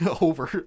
over